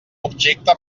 objecte